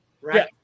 Right